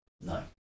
No